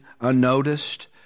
unnoticed